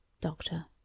Doctor